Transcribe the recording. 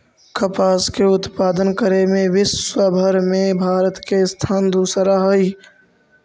कपास के उत्पादन करे में विश्वव भर में भारत के स्थान दूसरा हइ